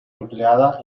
empleada